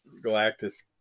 Galactus